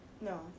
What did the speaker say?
No